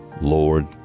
Lord